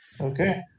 okay